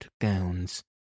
gowns